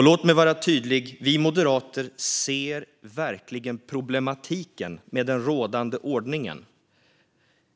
Låt mig vara tydlig: Vi moderater ser verkligen problematiken med den rådande ordningen.